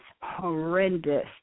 horrendous